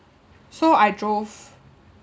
so I drove